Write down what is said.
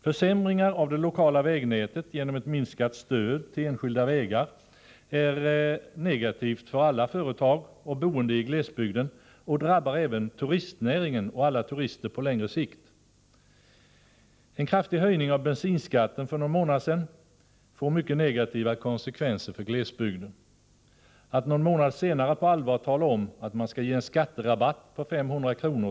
Försämringar av det lokala vägnätet genom ett minskat stöd till enskilda vägar är negativt för alla företag och boende i glesbygden och drabbar även turistnäringen och alla turister på längre sikt. Den kraftiga höjningen av bensinskatten för någon månad sedan får mycket negativa konsekvenser för glesbygden. Att någon månad senare på allvar tala om en skatterabatt på 500 kr.